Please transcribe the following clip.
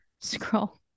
scroll